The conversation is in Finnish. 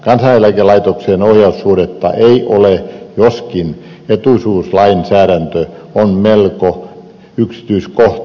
kansaneläkelaitokseen ohjaussuhdetta ei ole joskin etuisuuslainsäädäntö on melko yksityiskohtaista